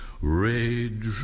Rage